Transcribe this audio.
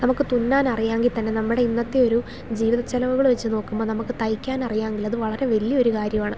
നമുക്ക് തുന്നാൻ അറിയാമെങ്കിൽ തന്നെ നമ്മുടെ ഇന്നത്തെ ഒരു ജീവിത ചിലവുകൾ വച്ചു നോക്കുമ്പോൾ നമുക്ക് തയ്ക്കാൻ അറിയാമെങ്കിൽ അത് വളരെ വലിയ ഒരു കാര്യമാണ്